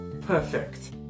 perfect